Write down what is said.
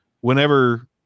whenever